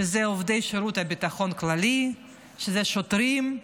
עובדי שירות הביטחון הכללי, שוטרים,